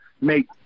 make